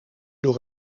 door